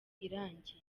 irangiye